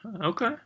Okay